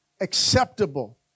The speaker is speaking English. acceptable